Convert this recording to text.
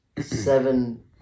seven